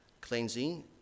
cleansing